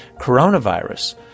coronavirus